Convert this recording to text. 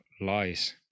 lies